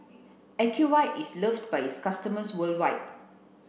ocuvite is loved by its customers worldwide